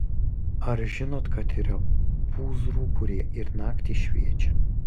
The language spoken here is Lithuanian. ar žinot kad yra pūzrų kurie ir naktį šviečia